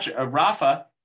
Rafa